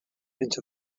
into